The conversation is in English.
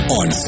on